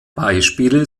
beispiele